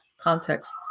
context